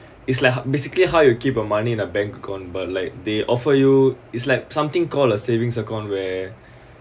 it's like basically how you keep your money in the bank account but like they offer you it's like something call a savings account where